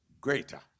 greater